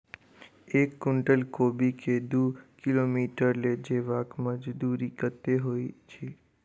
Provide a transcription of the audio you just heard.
एक कुनटल कोबी केँ दु किलोमीटर लऽ जेबाक मजदूरी कत्ते होइ छै?